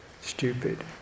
stupid